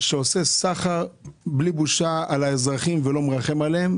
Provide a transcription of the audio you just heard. שעושה סחר בלי בושה על האזרחים ולא מרחם עליהם.